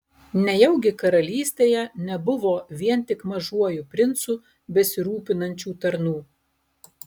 nejaugi karalystėje nebuvo vien tik mažuoju princu besirūpinančių tarnų